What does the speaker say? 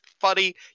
funny